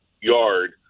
yard